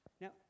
Now